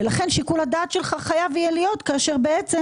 לכן שיקול הדעת שלך חייב יהיה להיות כאשר בעצם